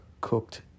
cooked